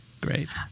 great